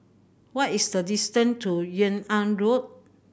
what is the distance to Yung An Road